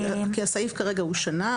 כי הסעיף כרגע הוא שנה,